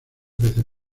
veces